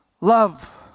Love